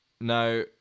Now